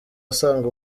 asaga